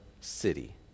city